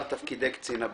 ולהתברבר.